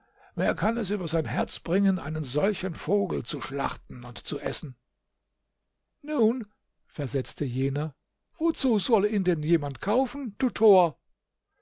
wer kann es über sein herz bringen einen solchen vogel zu schlachten und zu essen nun versetzte jener wozu soll ihn denn jemand kaufen du tor